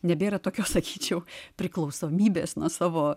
nebėra tokios sakyčiau priklausomybės nuo savo